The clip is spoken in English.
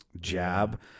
jab